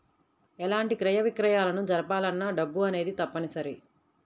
ఎలాంటి క్రయ విక్రయాలను జరపాలన్నా డబ్బు అనేది తప్పనిసరి